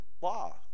law